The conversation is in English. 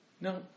no